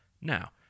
now